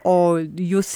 o jūs